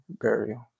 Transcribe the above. burial